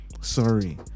sorry